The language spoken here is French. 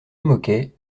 môquet